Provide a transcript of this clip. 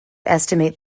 estimate